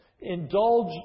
Indulge